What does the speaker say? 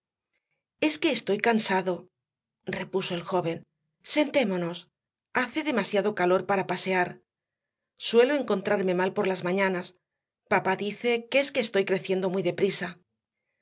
es que estoy cansado repuso el joven sentémonos hace demasiado calor para pasear suelo encontrarme mal por las mañanas papá dice que es que estoy creciendo muy deprisa